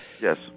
Yes